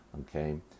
okay